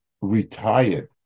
retired